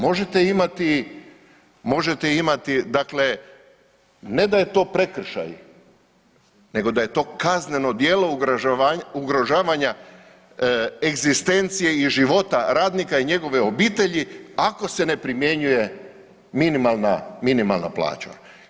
Možete imati dakle ne da je to prekršaj nego da je kazneno djelo ugrožavanja egzistencije i života radnika i njegove obitelji ako se ne primjenjuje minimalna plaća.